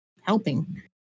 helping